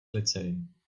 glycerin